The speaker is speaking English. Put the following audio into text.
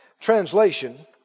translation